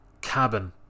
cabin